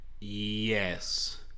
Yes